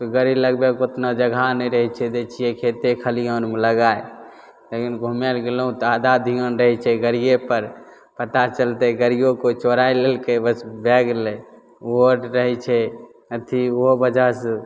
गाड़ी लगबैके ओतना जगह नहि रहै छै दै छिए खेते खलिहानमे लगै लेकिन घुमैले गेलहुँ तऽ आधा धिआन रहै छै गाड़िएपर पता चलतै गाड़िओ कोइ चोरा लेलकै बस भै गेलै ओहो रहै छै अथी ओहो वजहसे